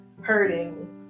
hurting